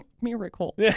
Miracle